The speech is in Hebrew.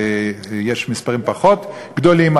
ויש מספרים פחות גדולים,